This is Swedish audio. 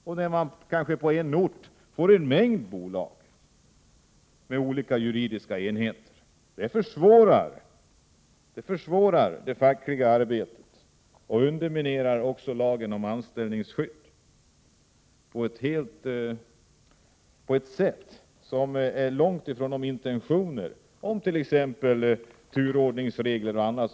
På en ort kanske man får en mängd bolag som juridiskt sett utgör olika enheter. Detta försvårar det fackliga arbetet och underminerar också lagen om anställningsskydd på ett sätt som är långt ifrån de intentioner om t.ex. turordningsregler etc.